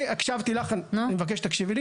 אני הקשבתי לך, אני מבקש תקשיבי.